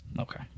Okay